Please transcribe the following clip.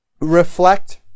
reflect